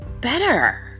better